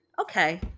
Okay